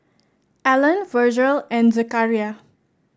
Allen Virgel and Zechariah